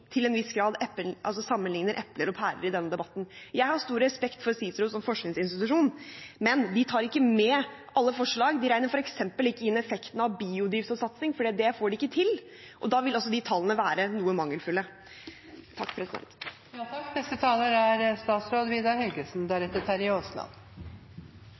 til Aftenposten at de til en viss grad sammenlikner epler og pærer i denne debatten. Jeg har stor respekt for CICERO som forskningsinstitusjon, men de tar ikke med alle forslag. De regner f.eks. ikke med effekten av biodrivstoffsatsing, for det får de ikke til, og da vil også de tallene være noe mangelfulle. Representanten Bru har nå redegjort for samarbeidspartienes vurdering av utslippskutt. Vi er